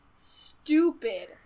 stupid